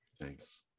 Thanks